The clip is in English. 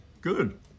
Good